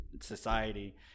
society